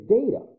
data